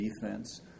defense